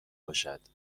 باشد